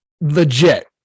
legit